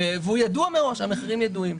והוא ידוע מראש, המחירים ידועים.